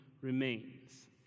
remains